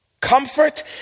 Comfort